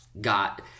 got